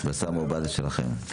בשר מעובד זה שלכם.